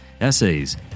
essays